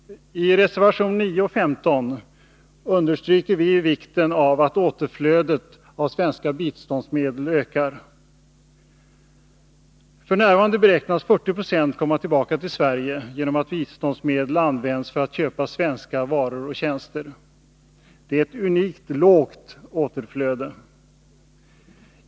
I reservationerna 9 och 15 understryker vi vikten av att återflödet av svenska biståndsmedel ökar. F.n. beräknas 40 26 komma tillbaka till Sverige genom att biståndsmedel används för att köpa svenska varor och tjänster. Detta är ett unikt lågt återflöde.